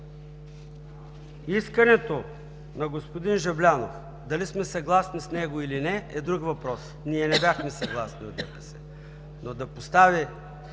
Искането на господин Жаблянов – дали сме съгласни с него или не, е друг въпрос. Не бяхме съгласни, но да постави